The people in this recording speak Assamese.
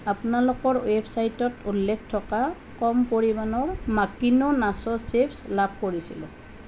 আপোনালোকৰ ৱেবচাইটত উল্লেখ থকা কম পৰিমাণৰ মাকিনো নাছো চিপ্ছ লাভ কৰিছিলোঁ